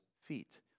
feet